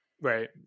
Right